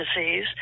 disease